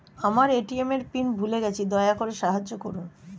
আমার এ.টি.এম এর পিন ভুলে গেছি, দয়া করে সাহায্য করুন